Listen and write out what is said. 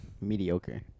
mediocre